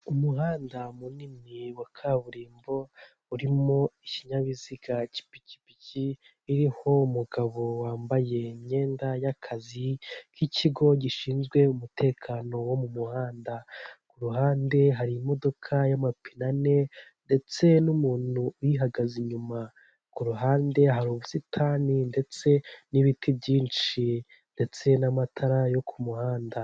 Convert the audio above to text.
umuhanda munini wa kaburimbo urimo ikinyabiziga k'ipikipiki iriho umugabo wambaye imyenda y'akazi k'ikigo gishinzwe umutekano wo mu muhanda, ku ruhande hari imodoka y'amapine ane, ndetse n'umuntu uyihagaze inyuma ku ruhande hari ubusitani ndetse n'ibiti byinshi, ndetse n'amatara yo ku muhanda.